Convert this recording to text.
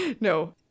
no